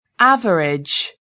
Average